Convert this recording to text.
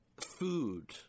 food